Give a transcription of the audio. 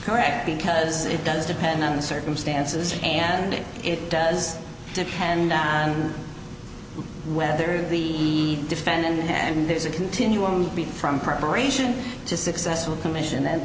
reckoning because it does depend on the circumstances and it does depend on whether the defendant and there's a continuum from preparation to successful commission